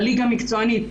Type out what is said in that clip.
הליגה המקצוענית,